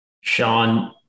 Sean